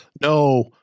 No